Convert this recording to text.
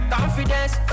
confidence